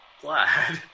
glad